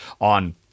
on